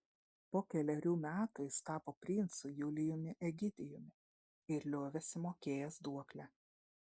po kelerių metų jis tapo princu julijumi egidijumi ir liovėsi mokėjęs duoklę